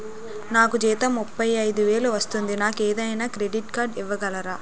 నాకు జీతం ముప్పై ఐదు వేలు వస్తుంది నాకు ఏదైనా క్రెడిట్ కార్డ్ ఇవ్వగలరా?